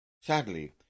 Sadly